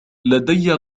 لدي